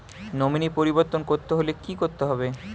Nominee পরিবর্তন করতে হলে কী করতে হবে?